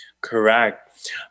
Correct